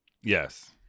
Yes